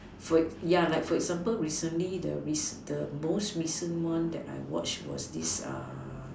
for act yeah like for example recently the the most recent one that I watch was this